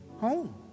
Home